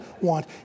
want